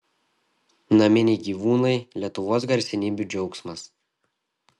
naminiai gyvūnai lietuvos garsenybių džiaugsmas